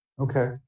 Okay